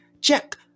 check